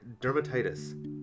dermatitis